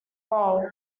role